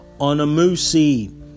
Onamusi